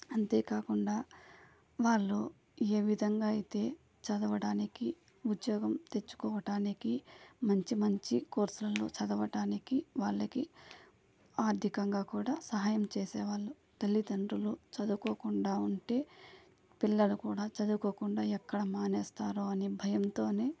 అంతేకాకుండా వాళ్ళు ఏ విధంగా అయితే చదవడానికి ఉద్యోగం తెచ్చుకోవడానికి మంచి మంచి కోర్సులను చదవడానికి వాళ్ళకి ఆర్థికంగా కూడా సహాయం చేసేవాళ్ళు తల్లిదండ్రులు చదువుకోకుండా ఉంటే పిల్లలు కూడా చదువుకోకుండా ఎక్కడ మానేస్తారు అనే భయంతోని